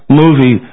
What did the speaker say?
movie